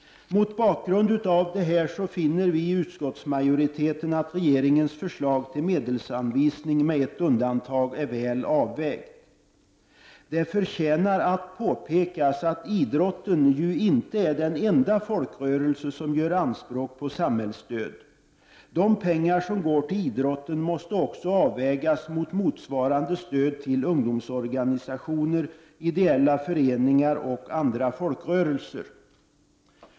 Mot bakgrund av detta finner utskottsmajoriteten att regeringens förslag till medelsanvisning, med ett undantag, är väl avvägt. Det förtjänar att påpekas att idrotten inte är den enda folkrörelse som gör anspråk på samhällsstöd. De pengar som går till idrotten måste också avvägas mot motsvarande stöd till ungdomsorganisationer, ideella föreningar och andra folkrörelser.